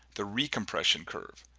the recompression curve.